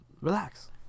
relax